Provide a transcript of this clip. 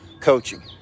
coaching